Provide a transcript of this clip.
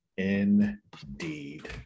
Indeed